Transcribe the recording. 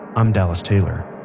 i'm dallas taylor.